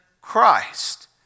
Christ